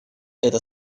это